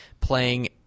playing